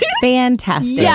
Fantastic